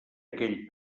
aquell